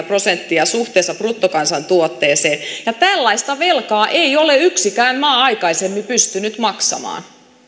prosenttia suhteessa bruttokansantuotteeseen ja tällaista velkaa ei ole yksikään maa aikaisemmin pystynyt maksamaan